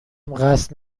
قصد